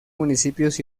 municipios